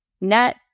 net